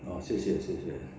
好谢谢谢谢